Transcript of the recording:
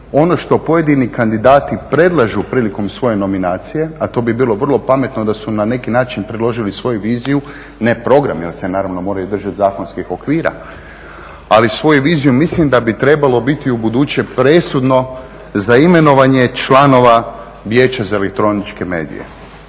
ono što pojedini kandidati predlažu prilikom svoje nominacije, a to bi bilo vrlo pametno da su na neki način predložili svoju viziju ne program jer se naravno moraju držati zakonskih okvira ali svoju viziju mislim da bi trebalo biti ubuduće presudno za imenovanje članova Vijeća za elektroničke medije.